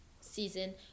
season